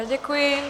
Děkuji.